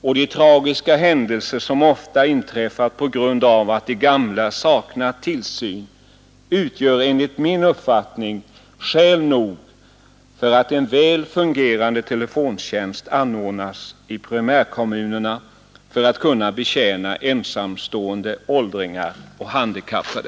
och de tragiska händelser som ofta inträffat på grund av att de gamla saknat tillsyn utgör enligt min uppfattning skäl nog för att en väl fungerande telefontjänst anordnas i primärkommunerna för att betjäna ensamstående åldringar och handikappade.